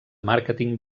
màrqueting